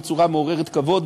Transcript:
בצורה מעוררת כבוד,